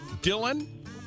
Dylan